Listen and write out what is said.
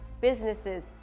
businesses